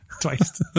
twice